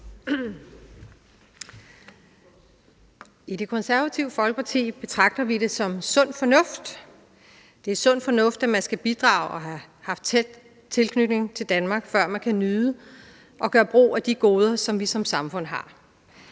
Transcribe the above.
I Det Konservative Folkeparti betragter vi det som sund fornuft. Det er sund fornuft, at man skal have bidraget og have haft tæt tilknytning til Danmark, før man kan nyde og gøre brug af de goder, som vi som samfund har.